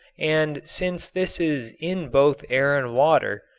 and, since this is in both air and water,